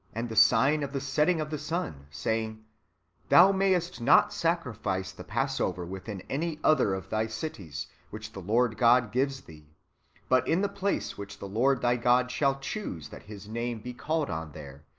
and the sign of the setting of the sun, saying thou may est not sacrifice the passover within any other of thy cities which the lord god gives thee but in the place which the lord thy god shall choose that his name be called on there,